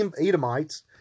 Edomites